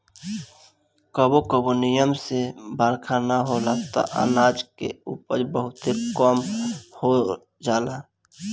कबो कबो निमन से बरखा ना होला त अनाज के उपज बहुते कम हो जाला